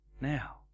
now